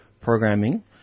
programming